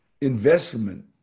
investment